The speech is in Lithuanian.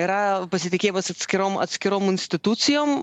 yra pasitikėjimas atskirom atskirom institucijom